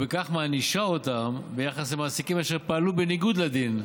וכך מענישה אותם ביחס למעסיקים אשר פעלו בניגוד לדין.